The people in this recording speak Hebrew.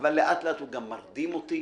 אבל לאט לאט הוא גם מרדים אותי